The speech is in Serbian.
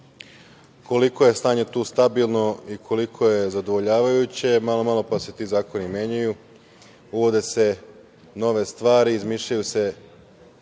koliko je stanje tu stabilno i koliko je zadovoljavajuće. Malo, malo pa se ti zakoni menjaju, uvode se nove stvari, izmišljaju se